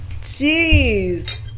jeez